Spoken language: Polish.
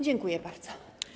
Dziękuję bardzo.